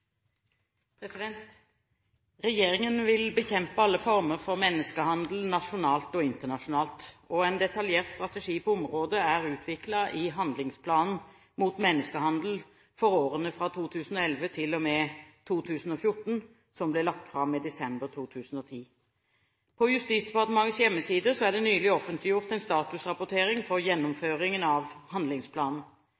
Regjeringen vil bekjempe alle former for menneskehandel, nasjonalt og internasjonalt. En detaljert strategi på området er utviklet i handlingsplanen mot menneskehandel for årene fra 2011 til og med 2014, som ble lagt fram i desember 2010. På Justisdepartementets hjemmesider er det nylig offentliggjort en statusrapportering for